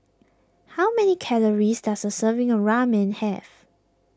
how many calories does a serving of Ramen have